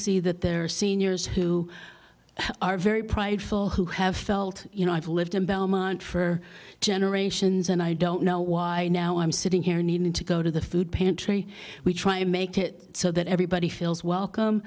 see that there are seniors who are very prideful who have felt you know i've lived in belmont for generations and i don't know why now i'm sitting here needing to go to the food pantry we try to make it so that everybody feels welcome